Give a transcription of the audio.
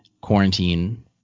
quarantine